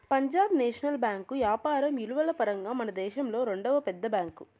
Punjab national bank యాపారం ఇలువల పరంగా మనదేశంలో రెండవ పెద్ద బ్యాంక్